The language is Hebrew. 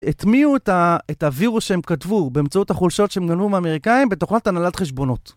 את מי הוא את הווירוס שהם כתבו באמצעות החולשות שהם גנבו מאמריקאים בתוכנת הנהלת חשבונות.